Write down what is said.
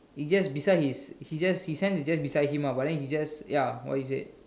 it's just beside his he just his hand is just beside him ah but then he just ya what he said